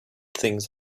things